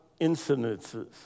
incidences